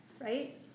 right